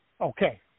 Okay